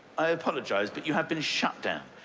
i apologise, but you have been shut down.